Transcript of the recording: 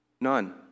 None